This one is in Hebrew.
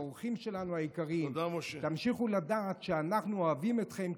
האורחים שלנו היקרים: תמשיכו לדעת שאנחנו אוהבים אתכם,